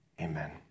Amen